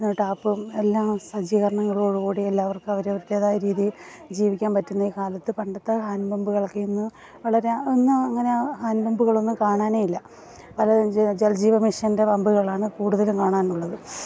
ടാപ്പും എല്ലാ സജീകരണങ്ങളോടുകൂടി എല്ലാവർക്കും അവരവരുടേതായ രീതിയിൽ ജീവിക്കാൻ പറ്റുന്ന ഈ കാലത്ത് പണ്ടത്തെ ഹാൻഡ് പമ്പുകളൊക്കെ ഇന്ന് വളരെ അന്ന് അങ്ങനെ ഹാൻഡ് പമ്പുകളൊന്നും കാണാനേ ഇല്ല പല ജലജീവ മിഷൻ്റെ പമ്പുകളാണ് കൂടുതലും കാണാനുള്ളത്